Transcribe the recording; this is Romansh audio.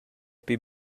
pli